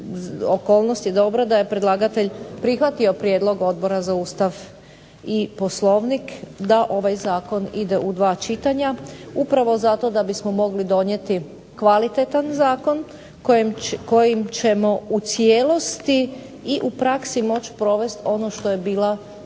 okolnosti dobro da je predlagatelj prihvatio prijedlog Odbora za Ustav i Poslovnik da ovaj zakon ide u dva čitanja, upravo zato da bismo mogli donijeti kvalitetan zakon kojim ćemo u cijelosti i u praksi moći provesti ono što je bila intencija